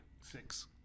Six